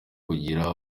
kugira